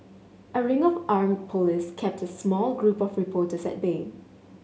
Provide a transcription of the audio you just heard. a ring of armed police kept small group of reporters at bay